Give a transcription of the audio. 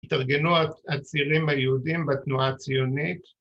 ‫התארגנו הצעירים היהודים ‫בתנועה הציונית.